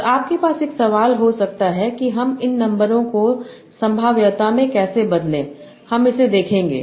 और आपके पास एक सवाल हो सकता है कि हम इन नंबरों को संभाव्यता में कैसे बदले हम इसे देखेंगे